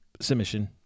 Submission